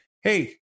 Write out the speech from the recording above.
Hey